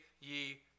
ye